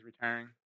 retiring